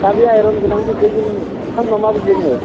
दा बे आइर'न गोनां दैखौ जों नोंथांमोनहा माबोरै लोङो